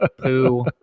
poo